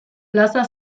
plaza